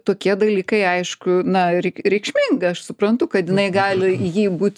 tokie dalykai aišku na ir reikšminga aš suprantu kad jinai gali jį būt